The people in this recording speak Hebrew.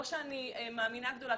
אני לא מאמינה גדולה,